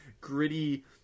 gritty